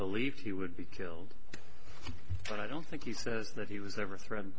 believed he would be killed but i don't think he says that he was ever threaten